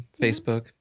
Facebook